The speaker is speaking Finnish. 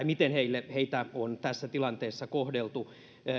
miten heitä on tässä tilanteessa kohdeltu